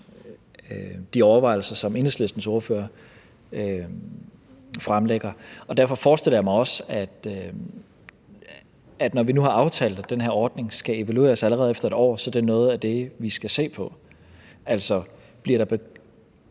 de overvejelser, som Enhedslistens ordfører fremlægger. Derfor forestiller jeg mig også, at det, når vi nu har aftalt, at den her ordning skal evalueres allerede efter et år, er noget af det, vi skal se på. Altså, bliver der